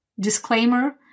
Disclaimer